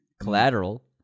Collateral